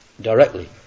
directly